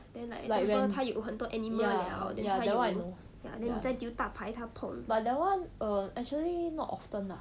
like when ya ya that [one] I know ya but that [one] err actually not often lah